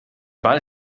ball